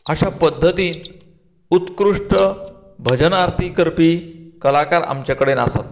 अश्या पद्दतीन उत्कृश्ट भजन आरती करपी कलाकार आमचे कडेन आसात